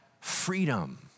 freedom